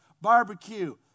barbecue